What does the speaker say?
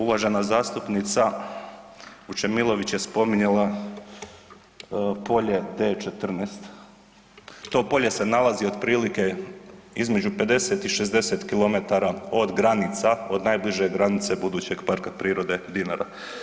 Uvažena zastupnica Vučemilović je spominjala polje T-14, to polje se nalazi otprilike između 50 i 60 km od granica od najbliže granice budućeg Parka prirode Dinara.